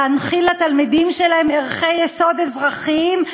להנחיל לתלמידים שלהם ערכי יסוד אזרחיים,